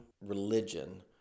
religion